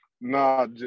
nah